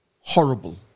horrible